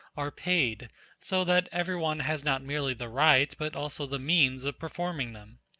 are paid so that every one has not merely the right, but also the means of performing them.